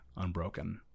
unbroken